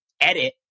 edit